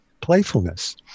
playfulness